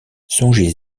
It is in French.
songez